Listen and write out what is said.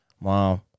mom